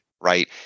right